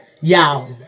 y'all